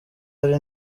ari